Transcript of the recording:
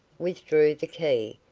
withdrew the key,